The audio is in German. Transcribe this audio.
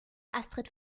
astrid